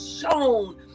shown